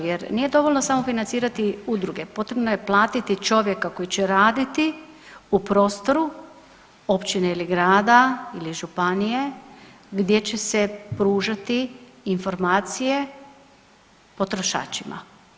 Jer nije dovoljno samo financirati udruge, potrebno je platiti čovjeka koji će radit u prostoru općine ili grada ili županije gdje će se pružati informacije potrošačima.